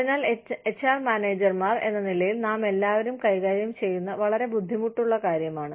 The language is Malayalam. അതിനാൽ എച്ച്ആർ മാനേജർമാർ എന്ന നിലയിൽ നാമെല്ലാവരും കൈകാര്യം ചെയ്യുന്ന വളരെ ബുദ്ധിമുട്ടുള്ള കാര്യമാണ്